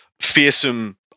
fearsome